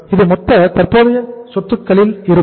இது மொத்த தற்போதைய சொத்துக்களில் இருப்பு